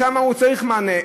שם הוא צריך מענה.